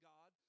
God